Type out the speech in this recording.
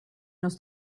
los